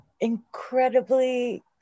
incredibly